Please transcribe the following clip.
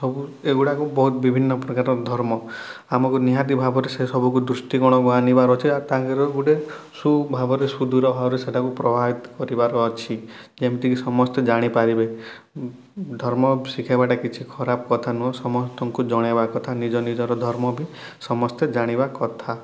ସବୁ ଏ ଗୁଡ଼ାକ ବହୁତ ବିଭିନ୍ନ ପ୍ରକାରର ଧର୍ମ ଆମକୁ ନିହାତି ଭାବରେ ସେସବୁ କୁ ଦୃଷ୍ଟିକୋଣକୁ ଆଣିବାର ଅଛି ତାଙ୍କର ଗୋଟେ ସୁଭାବରେ ସୁଦୂର ଭାବରେ ସେଇଟାକୁ ପ୍ରଭାବିତ କରିବାର ଅଛି ଯେମିତି କି ସମସ୍ତେ ଜାଣିପାରିବେ ଧର୍ମ ଶିଖେଇବା ଟା କିଛି ଖରାପ୍ କଥା ନୁହଁ ସମସ୍ତଙ୍କୁ ଜଣେଇବା କଥା ନିଜ ନିଜର ଧର୍ମ ବି ସମସ୍ତେ ଜାଣିବା କଥା